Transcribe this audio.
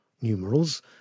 numerals